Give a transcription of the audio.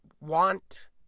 want